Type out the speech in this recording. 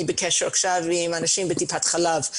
אני עכשיו בקשר עם אנשים בטיפת חלב.